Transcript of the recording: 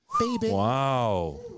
Wow